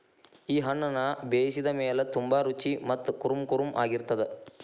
ಈ ಹಣ್ಣುನ ಬೇಯಿಸಿದ ಮೇಲ ತುಂಬಾ ರುಚಿ ಮತ್ತ ಕುರುಂಕುರುಂ ಆಗಿರತ್ತದ